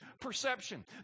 perception